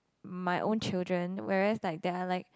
my own children whereas like they are like